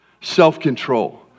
self-control